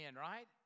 right